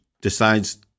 decides